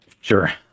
Sure